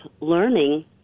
learning